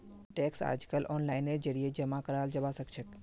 tax अइजकाल ओनलाइनेर जरिए जमा कराल जबा सखछेक